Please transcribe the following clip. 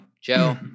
Joe